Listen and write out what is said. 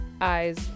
eyes